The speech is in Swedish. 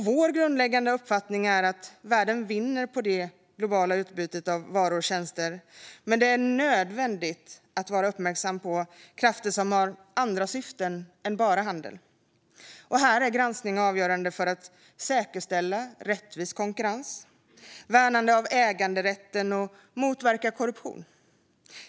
Vår grundläggande uppfattning är att världen vinner på det globala utbudet av varor och tjänster, men det är nödvändigt att vara uppmärksam på krafter som har andra syften än bara handel. Här är granskning avgörande för att säkerställa rättvis konkurrens, värna äganderätten och motverka korruption.